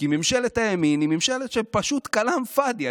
כי ממשלת הימין היא ממשלה של פשוט כלאם פאדי.